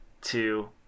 two